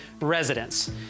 residents